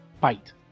Fight